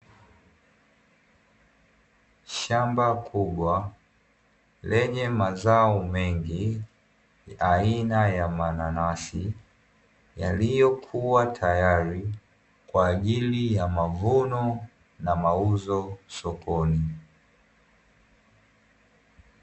Shamba kubwa lenye mazao mengi aina ya manansi yaliyokuwa tayari kwa ajili ya mavuno na mauzo sokoni.